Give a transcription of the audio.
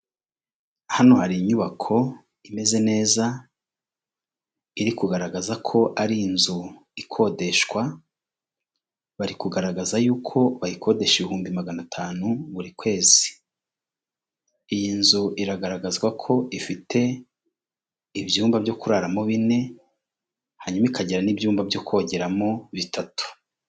Hano hari inyubako imeze neza iri kugaragaza ko ari inzu ikodeshwa bari kugaragaza yuko bayikodesha ibihumbi magana atanu buri kwezi iyi nzu iragaragazwa ko ifite ibyumba byo kuraramo bine hanyuma ikagira n'ibyumba byo kogeramo bitatu.